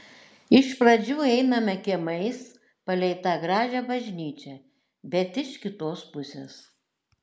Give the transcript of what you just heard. iš pradžių einame kiemais palei tą gražią bažnyčią bet iš kitos pusės